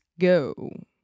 go